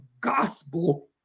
gospel